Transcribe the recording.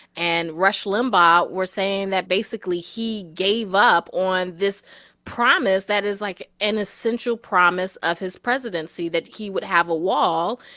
and rush limbaugh were saying that, basically, he gave up on this promise that is, like, an essential promise of his presidency that he would have a wall.